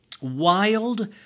wild